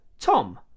Tom